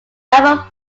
naval